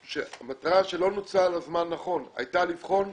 הזמן לא נוצל נכון למטרה שהייתה כדי לבחון,